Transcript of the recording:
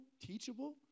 teachable